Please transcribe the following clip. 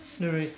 no worries